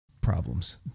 problems